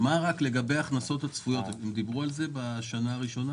מה לגבי ההכנסות הצפויות בשנה הראשונה?